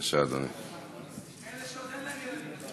מאלה שעוד אין להם ילדים.